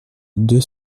deux